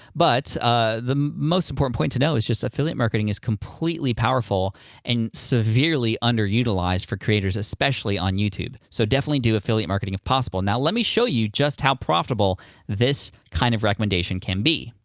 but ah the most important point to know is just affiliate marketing is completely powerful and severely underutilized for creators, especially on youtube. so definitely do affiliate marketing if possible. now, let me show you just how profitable this kind of recommendation can be.